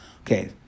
Okay